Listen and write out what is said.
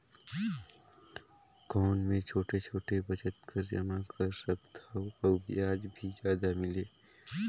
कौन मै छोटे छोटे बचत कर जमा कर सकथव अउ ब्याज भी जादा मिले?